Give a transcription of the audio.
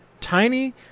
tiny